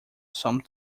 some